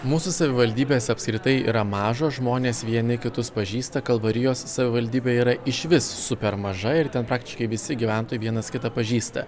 mūsų savivaldybės apskritai yra maža žmonės vieni kitus pažįsta kalvarijos savivaldybė yra išvis super maža ir ten praktiškai visi gyventojai vienas kitą pažįsta